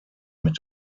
mit